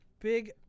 Big